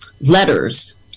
letters